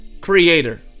creator